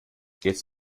jetzt